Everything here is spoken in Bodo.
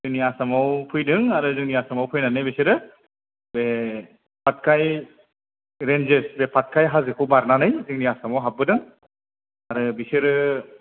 जोंनि आसामआव फैदों आरो जोंनि आसामआव फैनानै बिसोरो बे पाटकाइ रेन्जेस बे पाटकाइ हाजोखौ बारनानै जोंनि आसामआव हाबबोदों आरो बिसोरो